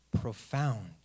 profound